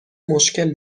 مشکل